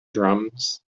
drums